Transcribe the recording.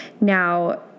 Now